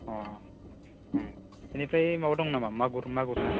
अ अ इनिफ्राय माबा दं नामा मागुर मागुर ना